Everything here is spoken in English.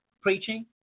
preaching